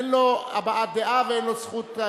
אין לו הבעת דעה ואין לו זכות,